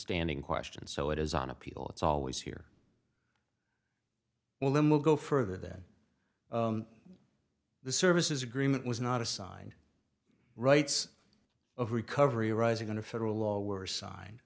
standing question so it is on appeal it's always here well them will go further than the services agreement was not assigned rights of recovery arising under federal law were signed